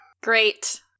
Great